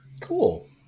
Cool